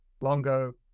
Longo